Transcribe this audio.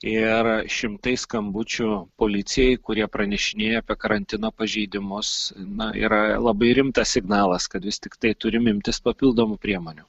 ir šimtai skambučių policijai kurie pranešinėja apie karantino pažeidimus na yra labai rimtas signalas kad vis tiktai turim imtis papildomų priemonių